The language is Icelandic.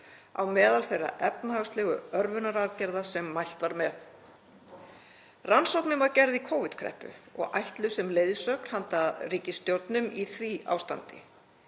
á meðal þeirra efnahagslegu örvunaraðgerða sem mælt var með. Rannsóknin var gerð í Covid-kreppu og ætluð sem leiðsögn handa ríkisstjórnum í því ástandi.